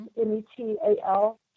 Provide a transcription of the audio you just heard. M-E-T-A-L